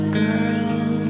girl